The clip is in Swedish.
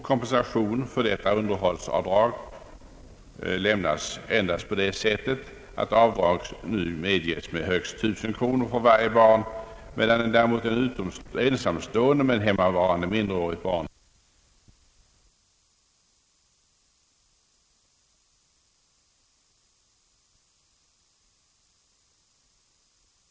Kompensation för detta underhållsbidrag lämnas endast på det sättet att avdrag nu medges med 1000 kronor för varje barn, medan däremot en ensamstående med hemmavarande minderårigt barn har rätt till — förutom barnbidrag — såväl förvärvsavdrag som dubbelt ortsavdrag. En lämplig avvägning är enligt vår mening att höja den nu gällande beloppsgränsen för ifrågavarande avdrag till 2 000 kronor. Jag yrkar, herr talman, bifall till reservation 3.